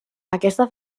aquesta